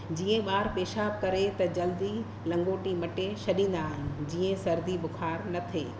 जीअं ॿारु पेशाब करे त जल्दी लंगोटी मटे छॾींदा आहियूं जीअं सर्दी बुख़ारु न थिए